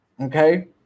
Okay